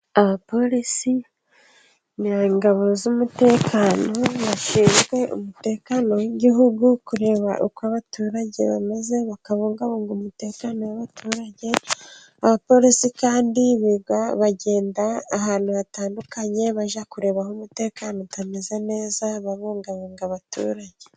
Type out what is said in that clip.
Abapolisi n'ingabo z'umutekano, bashinzwe umutekano w'igihugu, kureba uko abaturage bameze bakabungabunga umutekano w'abaturage, abapolisi kandi bagenda ahantu hatandukanye bajya kureba aho umutekano utameze neza babungabunga abaturage.